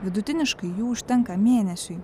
vidutiniškai jų užtenka mėnesiui